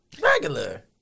regular